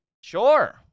Sure